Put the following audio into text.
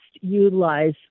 utilize